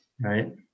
Right